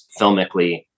filmically